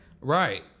Right